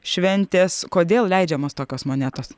šventės kodėl leidžiamos tokios monetos